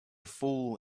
fool